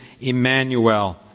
Emmanuel